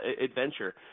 adventure